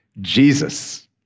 Jesus